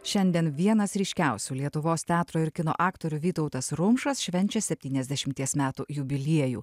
šiandien vienas ryškiausių lietuvos teatro ir kino aktorių vytautas rumšas švenčia septyniasdešimties metų jubiliejų